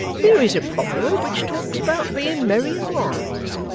there is a proverb which talks about being merry and wise.